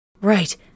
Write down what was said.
Right